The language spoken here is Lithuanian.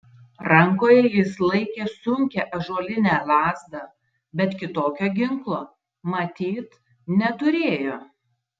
rankoje jis laikė sunkią ąžuolinę lazdą bet kitokio ginklo matyt neturėjo